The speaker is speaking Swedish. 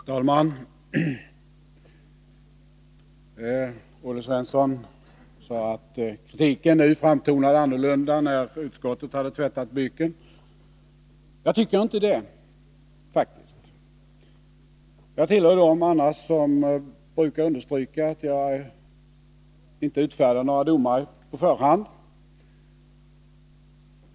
Herr talman! Olle Svensson sade att kritiken nu framtonade annorlunda när utskottet hade tvättat byken. Jag tycker faktiskt inte det. Annars tillhör jag dem som brukar understryka att vi inte utfärdar några domar i förhand.